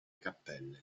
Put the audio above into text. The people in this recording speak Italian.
cappelle